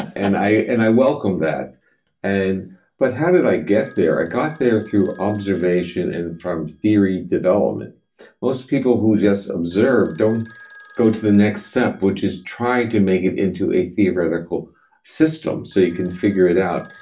and i and i welcome that and but how how did i get there? i got there through observation and from theory development most people who just observe don't go to the next step, which is to try to make it into a theoretical system, so you can figure it out.